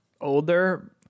older